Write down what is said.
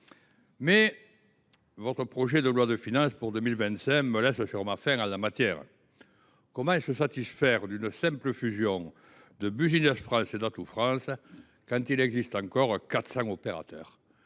le projet de loi de finances pour 2025 me laisse sur ma faim en la matière. Comment se satisfaire d’une simple fusion de Business France et d’Atout France quand il existe encore 400 opérateurs